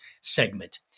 segment